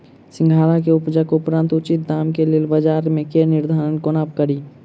सिंघाड़ा केँ उपजक उपरांत उचित दाम केँ लेल बजार केँ निर्धारण कोना कड़ी?